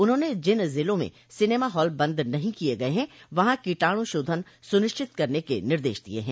उन्होंने जिन जिलों में सिनेमा हाल बन्द नहीं किये गये हैं वहां कीटाणु शोधन सुनिश्चित करने के निर्देश दिये हैं